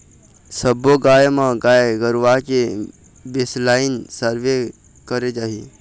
सब्बो गाँव म गाय गरुवा के बेसलाइन सर्वे करे जाही